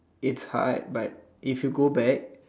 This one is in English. it's hard but if you go back